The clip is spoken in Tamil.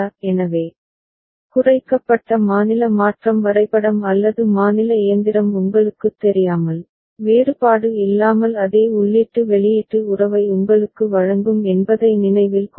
எனவே குறைக்கப்பட்ட மாநில மாற்றம் வரைபடம் அல்லது மாநில இயந்திரம் உங்களுக்குத் தெரியாமல் வேறுபாடு இல்லாமல் அதே உள்ளீட்டு வெளியீட்டு உறவை உங்களுக்கு வழங்கும் என்பதை நினைவில் கொள்க